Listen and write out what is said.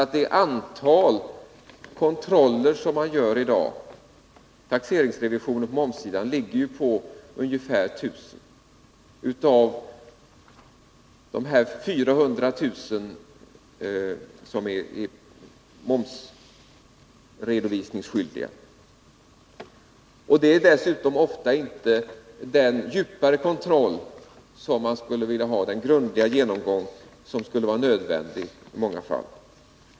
Av de 400 000 som är momsredovisningsskyldiga blir i dag ungefär 1000 föremål för taxeringsrevision, och det är dessutom ofta inte fråga om den djupare kontroll, den grundliga genomgång, som skulle vara nödvändig i många fall.